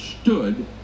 stood